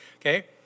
okay